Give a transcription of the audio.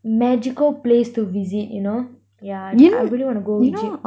magical place to visit you know yeah I really wanna go egypt